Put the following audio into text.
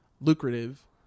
lucrative